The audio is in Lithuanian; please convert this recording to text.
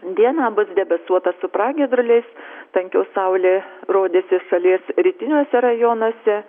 dieną bus debesuota su pragiedruliais tankiau saulė rodysis šalies rytiniuose rajonuose